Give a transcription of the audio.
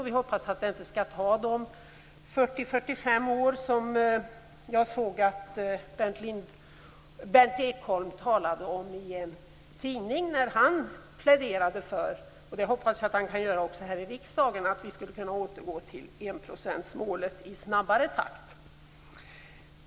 Vi hoppas att det inte skall ta de 40-45 år som jag såg att Berndt Ekholm talade om i en tidning, där han pläderade för - och det hoppas jag att han kan göra också här i riksdagen - att vi skulle kunna återgå till enprocentsmålet i snabbare takt.